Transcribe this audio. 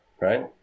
right